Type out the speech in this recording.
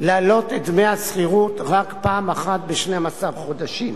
להעלות את דמי השכירות רק פעם אחת ב-12 חודשים